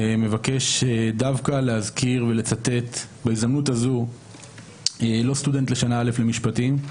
אני מבקש דווקא להזכיר ולצטט בהזדמנות הזאת לא סטודנט שנה א' במשפטים,